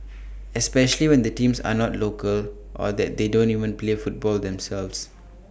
especially when the teams are not local or that they don't even play football themselves